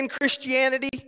Christianity